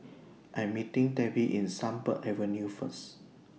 I Am meeting Debbi in Sunbird Avenue First